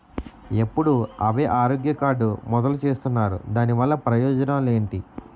ఎప్పుడు అభయ ఆరోగ్య కార్డ్ మొదలు చేస్తున్నారు? దాని వల్ల ప్రయోజనాలు ఎంటి?